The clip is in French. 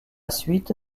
suite